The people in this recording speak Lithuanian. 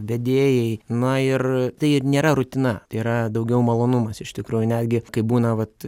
vedėjai na ir tai ir nėra rutina tai yra daugiau malonumas iš tikrųjų netgi kai būna vat